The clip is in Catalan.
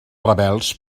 rebels